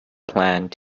planned